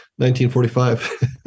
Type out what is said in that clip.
1945